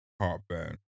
heartburn